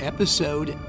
Episode